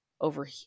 over